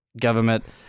government